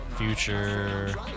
Future